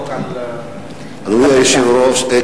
בבקשה.